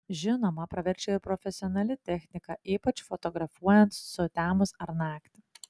žinoma praverčia ir profesionali technika ypač fotografuojant sutemus ar naktį